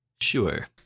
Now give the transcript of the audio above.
Sure